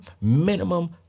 minimum